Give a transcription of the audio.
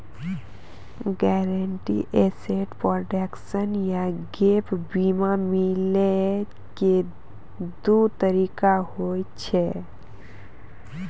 guaranteed asset protection या gap बीमा मिलै के दु तरीका होय छै